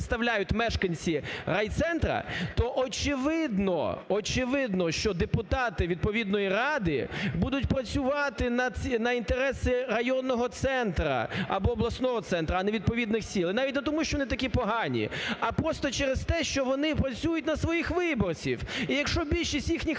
представляють мешканці райцентру, то очевидно, очевидно, що депутати відповідної ради будуть працювати на інтереси районного центру або обласного центру, а не відповідних сіл. І навіть не тому, що вони такі погані, а просто через те, що вони працюють на своїх виборців. І якщо більшість їхніх